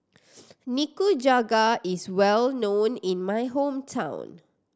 nikujaga is well known in my hometown